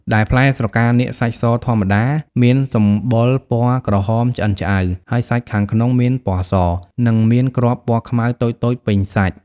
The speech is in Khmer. ដែលផ្លែស្រកានាគសាច់សធម្មតា មានសម្បកពណ៌ក្រហមឆ្អិនឆ្អៅ ហើយសាច់ខាងក្នុងមានពណ៌ស និងមានគ្រាប់ពណ៌ខ្មៅតូចៗពេញសាច់។